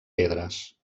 pedres